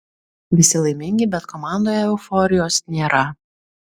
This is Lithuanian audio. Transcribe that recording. visi laimingi bet komandoje euforijos nėra